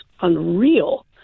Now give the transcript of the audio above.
unreal